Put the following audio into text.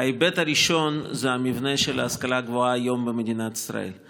ההיבט הראשון זה המבנה של ההשכלה הגבוהה היום במדינת ישראל.